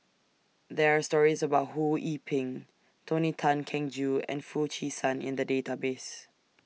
There Are stories about Ho Yee Ping Tony Tan Keng Joo and Foo Chee San in The Database